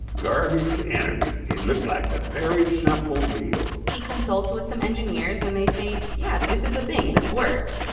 garbage to energy, it looked like a very simple deal he consults with some engineers. and they say, yeah, this is a thing this works.